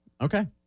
Okay